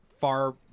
far